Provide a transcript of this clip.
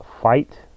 Fight